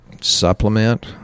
supplement